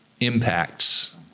impacts